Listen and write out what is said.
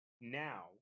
now